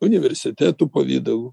universitetų pavidalu